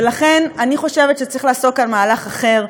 ולכן אני חושבת שצריך לעשות כאן מהלך אחר,